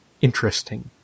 interesting